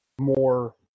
more